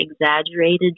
exaggerated